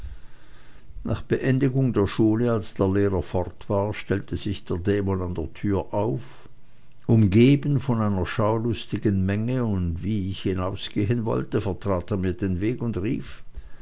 nach beendigung der schule als der lehrer fort war stellte sich der dämon an der tür auf umgeben von einer schaulustigen menge und wie ich hinausgehen wollte vertrat er mir den weg und rief